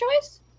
Choice